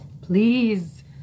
please